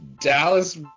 Dallas